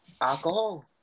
alcohol